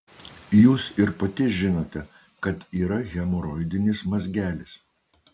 jūs ir pati žinote kad yra hemoroidinis mazgelis